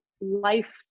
life